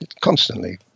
constantly